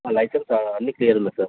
licence అన్నీ clear ఉన్నాయి sir